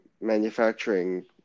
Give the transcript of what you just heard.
manufacturing